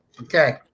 Okay